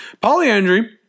Polyandry